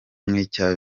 video